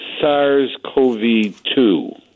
SARS-CoV-2